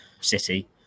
City